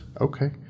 okay